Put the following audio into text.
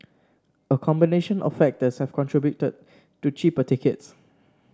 a combination of factors have contributed to cheaper tickets